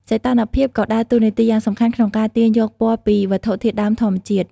សីតុណ្ហភាពក៏ដើរតួនាទីយ៉ាងសំខាន់ក្នុងការទាញយកពណ៌ពីវត្ថុធាតុដើមធម្មជាតិ។